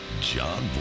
John